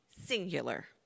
Singular